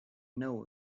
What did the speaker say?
know